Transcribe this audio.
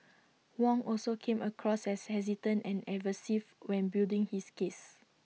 Wong also came across as hesitant and evasive when building his case